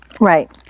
Right